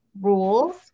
rules